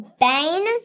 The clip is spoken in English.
Bane